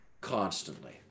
constantly